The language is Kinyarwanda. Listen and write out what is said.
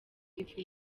ifu